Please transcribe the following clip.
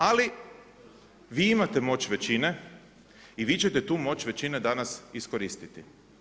Ali vi imate moć većine i vi ćete tu moć većine danas iskoristiti.